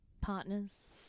partners